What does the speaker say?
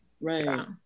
right